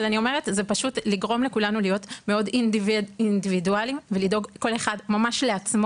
אבל זה גורם לכולנו להיות מאוד אינדיבידואלים ולדאוג כל אחד ממש לעצמו.